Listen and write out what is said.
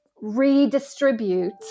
redistribute